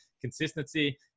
consistency